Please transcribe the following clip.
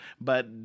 But-